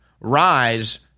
rise